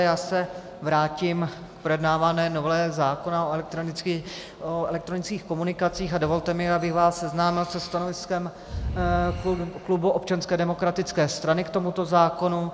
Já se vrátím k projednávané novele zákona o elektronických komunikacích a dovolte mi, abych vás seznámil se stanoviskem klubu Občanské demokratické strany k tomuto zákonu.